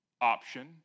option